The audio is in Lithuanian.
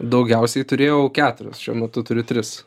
daugiausiai turėjau keturias šiuo metu turiu tris